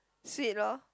sweet lor